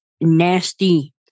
nasty